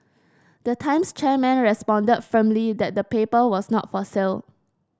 the Times chairman respond that firmly that the paper was not for sale